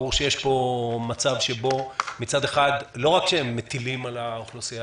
ברור שיש פה מצב שבו מצד אחד לא רק שהם מטילים על האוכלוסייה,